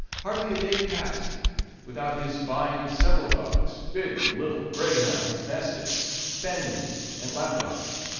hardly a day passed without his buying several dogs big and little, greyhounds, mastiffs, spaniels, and lapdogs.